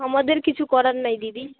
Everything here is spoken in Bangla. আমাদের কিছু করার নাই দিদি